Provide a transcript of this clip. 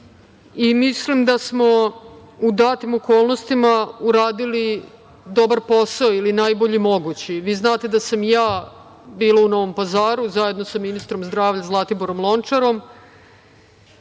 i mislim da smo u datim okolnostima uradili dobar posao, ili najbolji mogući. Vi znate da sam ja bila u Novom Pazaru, zajedno sa ministrom zdravlja, Zlatiborom Lončarom,